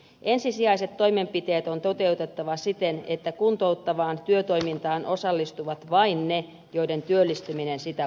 ensisijaiset toimenpiteet on toteutettava siten että kuntouttavaan työtoimintaan osallistuvat vain ne joiden työllistyminen sitä vaatii